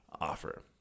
offer